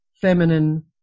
feminine